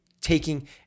taking